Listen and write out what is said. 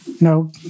no